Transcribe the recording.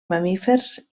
mamífers